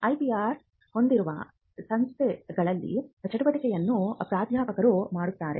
IPR ಹೊಂದಿರುವ ಸಂಸ್ಥೆಗಳಲ್ಲಿ ಚಟುವಟಿಕೆಯನ್ನು ಪ್ರಾಧ್ಯಾಪಕರು ಮಾಡುತ್ತಾರೆ